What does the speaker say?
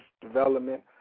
development